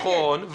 נכון,